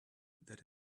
that